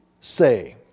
say